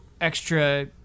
extra